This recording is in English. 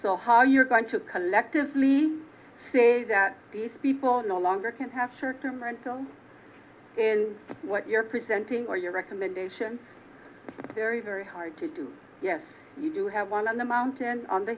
so how you're going to collectively say that these people no longer can have shirked them until what you're presenting or your recommendation very very hard to do yes you do have one on the mountain on the